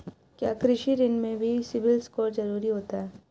क्या कृषि ऋण में भी सिबिल स्कोर जरूरी होता है?